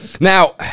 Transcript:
Now